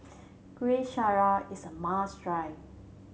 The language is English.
Kueh Syara is a must try